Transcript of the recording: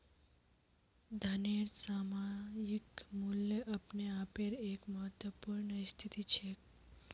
धनेर सामयिक मूल्य अपने आपेर एक महत्वपूर्ण स्थिति छेक